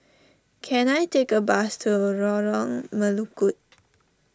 can I take a bus to Lorong Melukut